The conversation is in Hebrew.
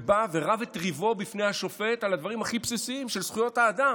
ובא ורב את ריבו בפני השופט על הדברים הכי בסיסיים של זכויות האדם.